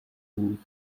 nous